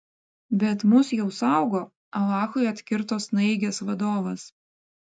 bet mus jau saugo alachui atkirto snaigės vadovas